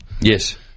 Yes